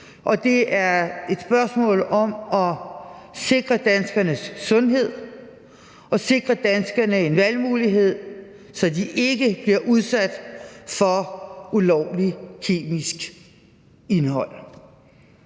og det er et spørgsmål om at sikre danskernes sundhed og sikre danskerne en valgmulighed, så de ikke bliver udsat for ulovlig kemisk indhold.